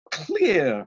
clear